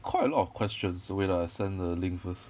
quite a lot of questions wait ah I send the link first